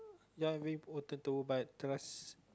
ya very important too but trust